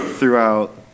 throughout